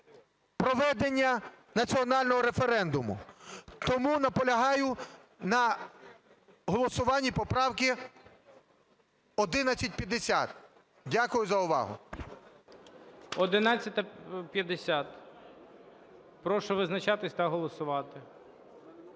проведення національного референдуму. Тому наполягаю на голосуванні поправки 1150. Дякую за увагу. ГОЛОВУЮЧИЙ. 1150. Прошу визначатись та голосувати.